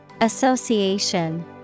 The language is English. Association